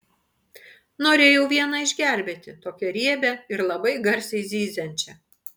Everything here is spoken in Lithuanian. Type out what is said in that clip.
norėjau vieną išgelbėti tokią riebią ir labai garsiai zyziančią